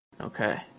Okay